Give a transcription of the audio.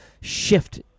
shift